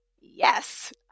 yes